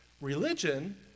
religion